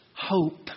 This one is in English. hope